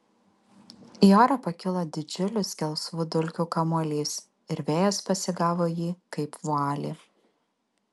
į orą pakilo didžiulis gelsvų dulkių kamuolys ir vėjas pasigavo jį kaip vualį